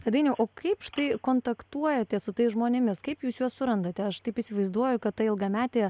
dainiau o kaip štai kontaktuojatės su tais žmonėmis kaip jūs juos surandate aš taip įsivaizduoju kad ta ilgametė